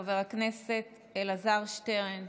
חבר הכנסת אלעזר שטרן,